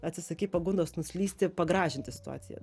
atsisakei pagundos nuslysti pagražinti situaciją